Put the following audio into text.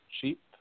cheap